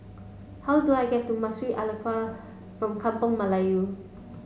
how do I get to Masjid Alkaff from Kampung Melayu